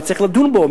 וצריך לדון בו,